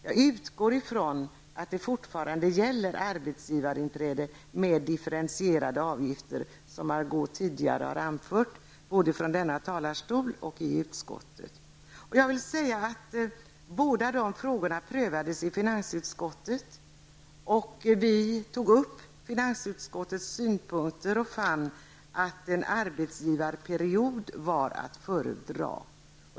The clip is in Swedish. Jag utgår ifrån att det fortfarande gäller arbetsgivarinträde med differentierade avgifter som Margó Ingvardsson tidigare anfört både från denna talarstol och i utskottet. Båda de frågorna prövades i finansutskottet. Vi tog upp finansutskottets synpunkter och fann att en arbetsgivarperiod var att föredra.